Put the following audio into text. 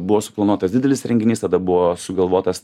buvo suplanuotas didelis renginys tada buvo sugalvotas